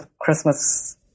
Christmas